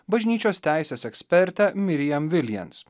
bažnyčios teisės ekspertę myriam wijlens